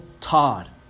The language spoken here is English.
Todd